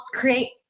create